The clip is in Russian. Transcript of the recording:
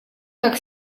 так